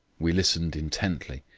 we listened intently,